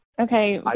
Okay